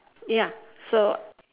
ya so